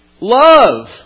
love